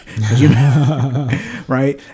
right